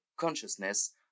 consciousness